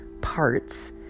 parts